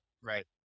right